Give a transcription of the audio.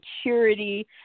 security